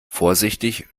vorsichtig